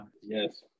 Yes